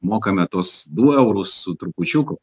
mokame tuos du eurus su trupučiuku